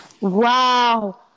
wow